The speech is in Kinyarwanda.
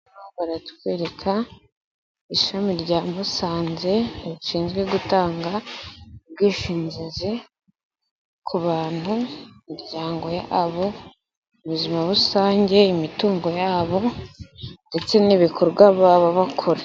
Baratwereka ishami rya Musanze rishinzwe gutanga ubwishingizi ku bantu, imiryango yabo, ubuzima rusange, imitungo yabo ndetse n'ibikorwa baba bakora.